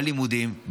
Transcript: בלימודים,